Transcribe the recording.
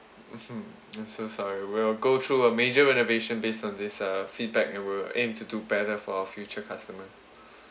I'm so sorry we'll go through a major renovation based on this uh feedback and we'll aim to do better for our future customers